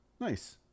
Nice